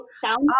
sound